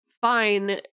fine